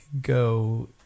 go